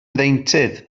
ddeintydd